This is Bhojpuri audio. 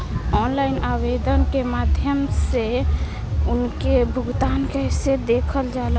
ऑनलाइन आवेदन के माध्यम से उनके भुगतान कैसे देखल जाला?